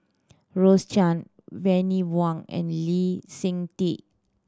Rose Chan Bani Buang and Lee Seng Tee